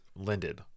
lended